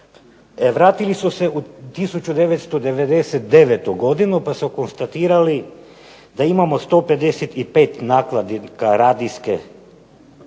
vratili su se u 1999. godinu pa su konstatirali da imamo 155 nakladnika radijske